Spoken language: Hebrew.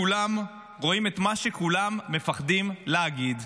כולם רואים את מה שכולם מפחדים להגיד: